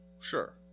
Sure